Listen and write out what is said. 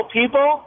people